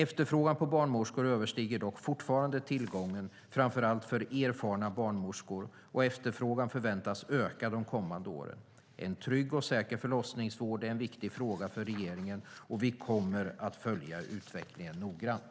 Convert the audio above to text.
Efterfrågan på barnmorskor överstiger dock fortfarande tillgången, framför allt erfarna barnmorskor, och efterfrågan förväntas öka de kommande åren. En trygg och säker förlossningsvård är en viktig fråga för regeringen, och vi kommer att följa utvecklingen noggrant.